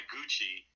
Gucci